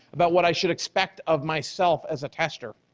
about what i should expect of myself as a tester.